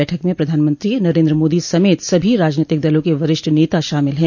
बैठक में प्रधानमंत्री नरेन्द्र मोदी समेत सभी राजनीतिक दलों के वरिष्ठ नेता शॉमिल हैं